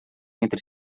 entre